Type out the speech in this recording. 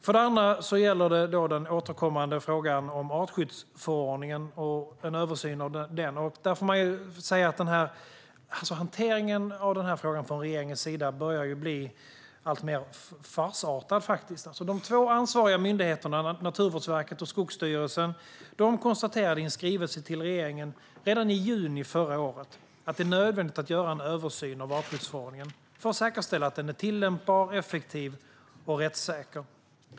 För det andra gäller det den återkommande frågan om artskyddsförordningen och en översyn av den. Hanteringen av frågan från regeringens sida börjar bli alltmer farsartad. De två ansvariga myndigheterna, Naturvårdsverket och Skogsstyrelsen, konstaterade i en skrivelse till regeringen redan i juni förra året att det är nödvändigt att göra en översyn av artskyddsförordningen för att säkerställa att den är tillämpbar, effektiv och rättssäker.